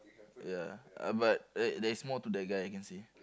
ya uh but there there's more to that guy I can see